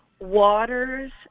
waters